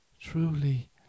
truly